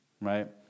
right